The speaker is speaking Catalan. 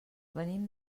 venim